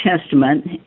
Testament